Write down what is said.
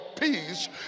peace